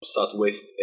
Southwest